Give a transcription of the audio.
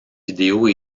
vidéos